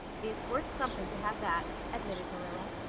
it's worth something to have that, admitted marilla.